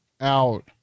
out